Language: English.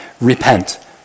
Repent